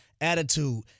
Attitude